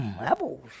apples